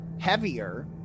heavier